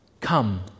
Come